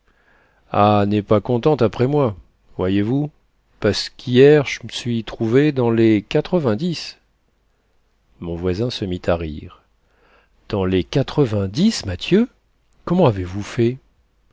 n'est pas contente après moi voyez-vous parce qu'hier je m'suis trouvé dans les quatre-vingt-dix mon voisin se mit à rire dans les quatre-vingt-dix mathieu comment avez-vous fait